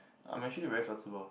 uh my shin is very flexible